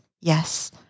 Yes